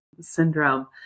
syndrome